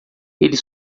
ele